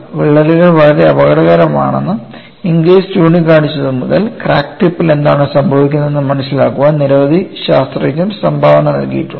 വിള്ളലുകൾ വളരെ അപകടകരമാണെന്ന് ഇംഗ്ലിസ് ചൂണ്ടിക്കാണിച്ചതുമുതൽ ക്രാക്ക് ടിപ്പിൽ എന്താണ് സംഭവിക്കുന്നതെന്ന് മനസിലാക്കാൻ നിരവധി ശാസ്ത്രജ്ഞർ സംഭാവന നൽകിയിട്ടുണ്ട്